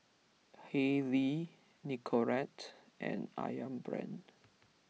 Haylee Nicorette and Ayam Brand